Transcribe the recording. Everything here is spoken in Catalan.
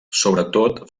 sobretot